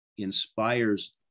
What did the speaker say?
inspires